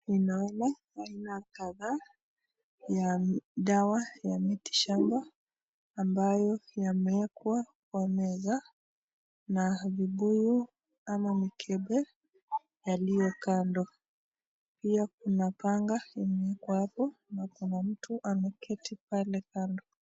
Ninaona aina kadhaa ya dawa ya miti shamba ambayo yamewekwa kwa meza na vibuyu ama mikebe yaliyo kando. Pia kuna panga imewekwa hapo na kuna mtu ameketi pale pale.